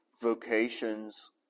vocations